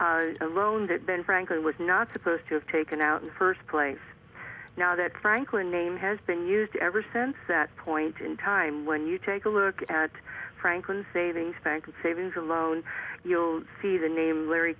say a loan that ben franklin was not supposed to have taken out in the first place now that franklin name has been used ever since that point in time when you take a look at franklin savings bank savings alone you'll see the name larry